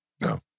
No